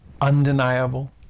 undeniable